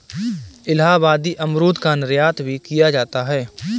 इलाहाबादी अमरूद का निर्यात भी किया जाता है